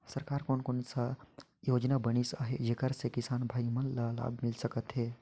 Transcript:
सरकार कोन कोन सा योजना बनिस आहाय जेकर से किसान भाई मन ला लाभ मिल सकथ हे?